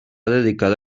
dedicada